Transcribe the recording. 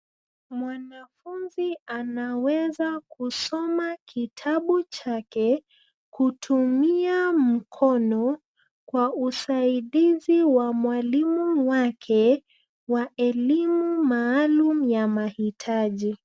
Mwanafunzi anaweza kusoma kitabu chake, kutumia mkono kwa usaidizi wa mwalimu wake, wa elimu maalumu ya mahitaji.